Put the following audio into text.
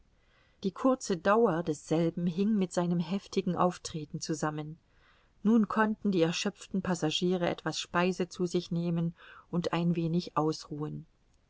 die kurze dauer desselben hing mit seinem heftigen auftreten zusammen nun konnten die erschöpften passagiere etwas speise zu sich nehmen und ein wenig ausruhen